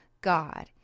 God